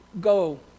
go